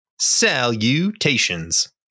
Salutations